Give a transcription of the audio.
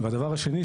והדבר השני,